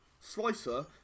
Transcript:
Slicer